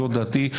זאת דעתי.